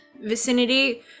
vicinity